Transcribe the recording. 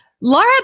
Laura